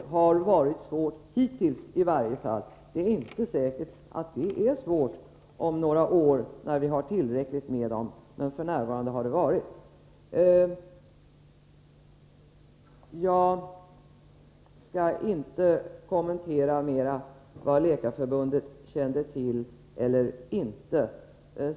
Detta har i varje fall hittills varit svårt, men det är inte säkert att det kommer att vara svårt om några år, när vi har tillräckligt med läkare. Jag skall inte mera kommentera vad Läkarförbundet kände till eller inte kände till.